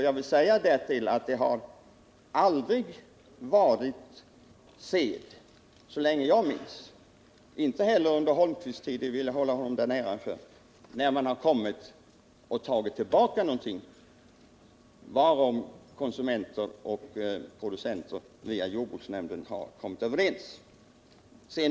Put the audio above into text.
Jag vill därtill framhålla att det så länge jag minns varit sed — detta gällde även under Eric Holmqvists tid som jordbruksminister, och det vill jag hålla honom räkning för — att man inte tagit tillbaka någonting som konsumenter och producenter via jordbruksnämnden kommit överens om.